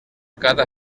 cada